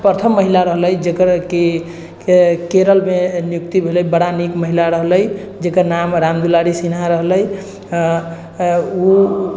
प्रथम महिला रहलै जेकर कि केरलमे नियुक्ति भेलै बड़ा नीक महिला रहलै जेकर नाम राम दुलारी सिन्हा रहलै ओ